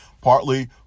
partly